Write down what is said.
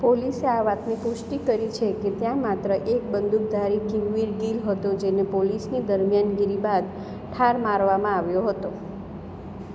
પોલીસે આ વાતની પુષ્ટિ કરી છે કે ત્યાં માત્ર એક બંદૂકધારી કિમવીર ગિલ હતો જેને પોલીસની દરમિયાનગીરી બાદ ઠાર મારવામાં આવ્યો હતો